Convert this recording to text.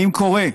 אם זה קורה.